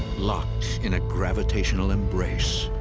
locked in a gravitational embrace,